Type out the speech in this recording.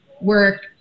work